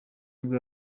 nibwo